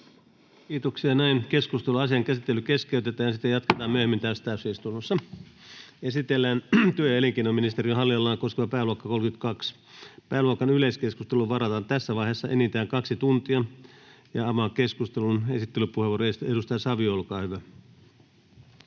Pääluokka 32 Työ- ja elinkeinoministeriön hallinnonala Time: N/A Content: Esitellään työ‑ ja elinkeinoministeriön hallinnonalaa koskeva pääluokka 32. Pääluokan yleiskeskusteluun varataan tässä vaiheessa enintään kaksi tuntia. — Avaan keskustelun. Esittelypuheenvuoro, edustaja Savio, olkaa hyvä.